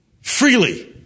freely